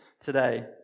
today